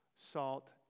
Salt